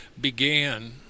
began